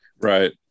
right